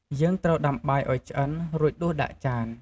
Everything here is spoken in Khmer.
យើងត្រូវដាំបាយឱ្យឆ្អិន រួចដួសដាក់ចាន។